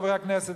חברי הכנסת,